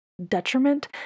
detriment